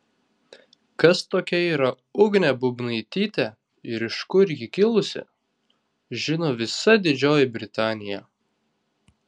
kas tokia yra ugnė bubnaitytė ir iš kur ji kilusi žino visa didžioji britanija